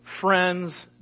friends